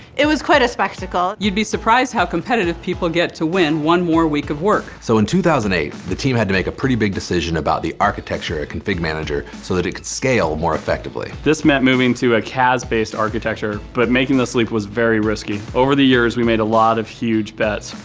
it was quite a spectacle. you'd be surprised how competitive people get to win one more week of work. so, in two thousand and eight, the team had to make a pretty big decision about the architecture of config manager so that it could scale more effectively. this meant moving to a cas based architecture, but making this leap was very risky. over the years, we made a lot of huge bets,